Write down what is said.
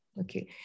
Okay